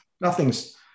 nothing's